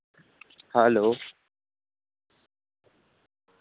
hello